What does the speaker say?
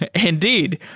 and indeed.